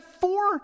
four